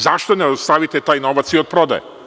Zašto ne dostavite taj novac i od prodaje?